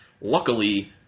Luckily